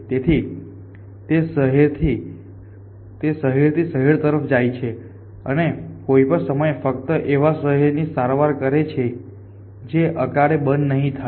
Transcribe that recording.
તેથી તે શહેરથી શહેર તરફ જાય છે અને કોઈપણ સમયે તે ફક્ત એવા શહેરોની સારવાર કરે છે જે અકાળે બંધ નહીં થાય